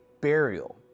burial